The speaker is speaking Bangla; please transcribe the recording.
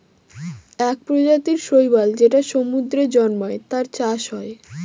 এক প্রজাতির শৈবাল যেটা সমুদ্রে জন্মায়, তার চাষ হয়